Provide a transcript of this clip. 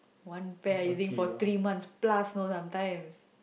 one pair using for three months plus know sometimes